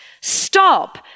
Stop